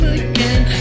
again